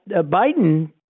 Biden